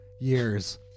years